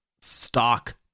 stock